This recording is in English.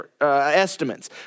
estimates